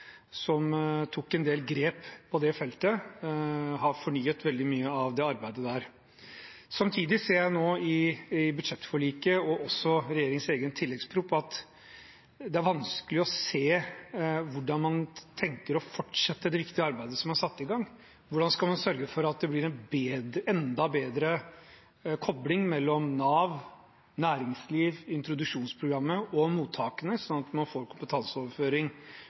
arbeidet. Samtidig er det nå i budsjettforliket og også i regjeringens egen tilleggsproposisjon vanskelig å se hvordan man tenker å fortsette det viktige arbeidet som er satt i gang, hvordan man skal sørge for at det blir en enda bedre kobling mellom Nav, næringslivet, introduksjonsprogrammet og mottakene, sånn at man får kompetanseoverføring